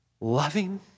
loving